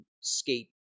skate